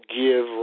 give